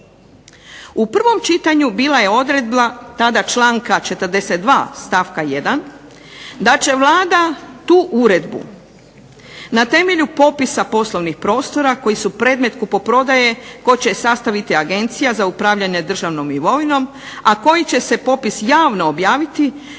U prvom čitanju bila je odredba tada članka 42. stavka 1. da će Vlada tu uredbu na temelju popisa poslovnih prostora koji su predmet kupoprodaje koja će sastaviti Agencija za upravljanje državnom imovinom, a koji će se popis javno objaviti,